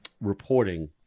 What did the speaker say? reporting